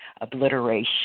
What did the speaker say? obliteration